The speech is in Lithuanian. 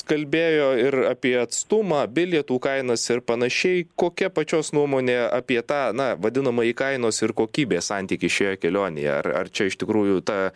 kalbėjo ir apie atstumą bilietų kainas ir panašiai kokia pačios nuomonė apie tą na vadinamąjį kainos ir kokybės santykį šioje kelionėje ar ar čia iš tikrųjų ta